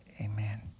amen